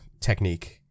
technique